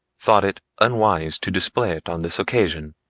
thought it unwise to display it on this occasion.